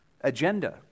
agenda